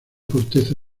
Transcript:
corteza